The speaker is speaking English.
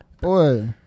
boy